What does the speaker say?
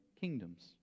kingdoms